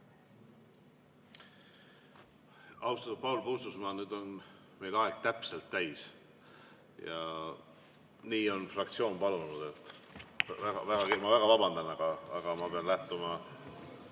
Austatud Paul Puustusmaa, nüüd on meil aeg täpselt täis. Nii on fraktsioon palunud. Ma väga vabandan, aga ma pean lähtuma